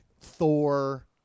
Thor